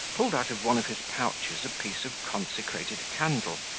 pulled out of one of his pouches a piece of consecrated candle,